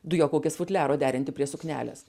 dujokaukės futliaro derinti prie suknelės